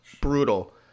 brutal